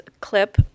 clip